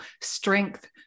strength